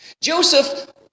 Joseph